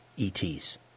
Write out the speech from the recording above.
ETs